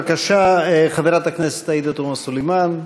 בבקשה, חברת הכנסת עאידה תומא סלימאן.